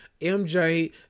MJ